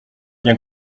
bien